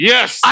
Yes